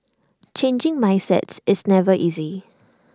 changing mindsets is never easy